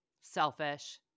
selfish